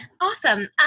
Awesome